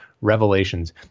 revelations